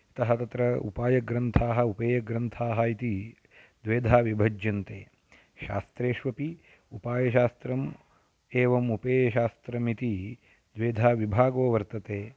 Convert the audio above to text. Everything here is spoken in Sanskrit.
अतः तत्र उपायग्रन्थाः उपेयग्रन्थाः इति द्विधा विभज्यन्ते शास्त्रेष्वपि उपायशास्त्रम् एवम् उपेयशास्त्रम् इति द्विधा विभागो वर्तते